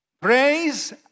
praise